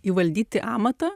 įvaldyti amatą